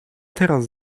teraz